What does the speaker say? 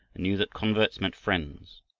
and knew that converts meant friends.